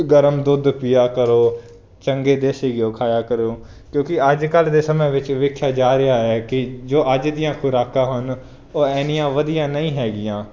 ਗਰਮ ਦੁੱਧ ਪੀਆ ਕਰੋ ਚੰਗੇ ਦੇਸੀ ਘਿਉ ਖਾਇਆ ਕਰੋ ਕਿਉਂਕਿ ਅੱਜ ਕੱਲ੍ਹ ਦੇ ਸਮੇਂ ਵਿੱਚ ਵੇਖਿਆ ਜਾ ਰਿਹਾ ਹੈ ਕਿ ਜੋ ਅੱਜ ਦੀਆਂ ਖੁਰਾਕਾਂ ਹਨ ਉਹ ਇੰਨੀਆਂ ਵਧੀਆਂ ਨਹੀਂ ਹੈਗੀਆਂ